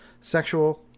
Sexual